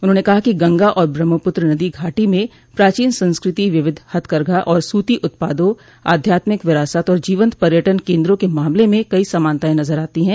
उन्होंने कहा कि गंगा और ब्रह्मपुत्र नदी घाटी में प्राचीन संस्कृति विविध हथकरघा और सूती उत्पादों आध्यात्मिक विरासत और जीवन्त पर्यटन केन्द्रों के मामले में कई समानताएं नजर आती है